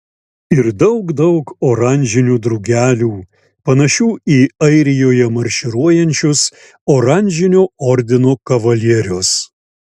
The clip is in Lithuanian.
ir daug daug oranžinių drugelių panašių į airijoje marširuojančius oranžinio ordino kavalierius